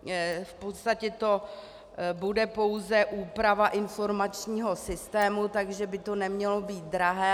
V podstatě to bude pouze úprava informačního systému, takže by to nemělo být drahé.